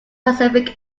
pacific